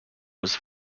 was